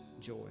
joy